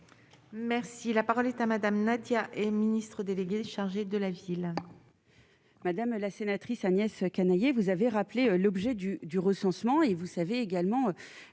Merci, la parole est à Madame, Nadia et ministre délégué chargé de la ville.